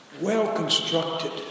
well-constructed